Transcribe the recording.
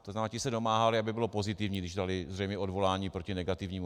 To znamená, ti se domáhali, aby to bylo pozitivní, když dali zřejmě odvolání proti negativnímu.